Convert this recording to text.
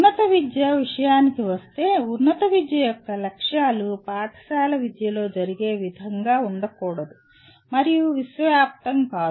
ఉన్నత విద్య విషయానికి వస్తే ఉన్నత విద్య యొక్క లక్ష్యాలు పాఠశాల విద్యలో జరిగే విధంగా ఉండకూడదు మరియు విశ్వవ్యాప్తం కాదు